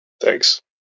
Thanks